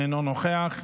אינו נוכח,